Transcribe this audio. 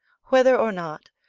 whether or not,